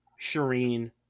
Shireen